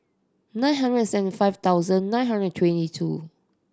nine hundred seventy nine thousand nine hundred twenty two